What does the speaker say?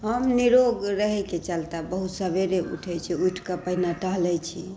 हम निरोग रहएके चलते बहुत सवेरे उठै छी उठिकऽ सभसँ पहिने टहलै छी